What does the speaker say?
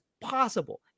possible